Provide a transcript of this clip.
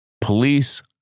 police